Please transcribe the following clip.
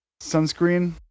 sunscreen